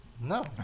No